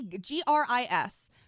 G-R-I-S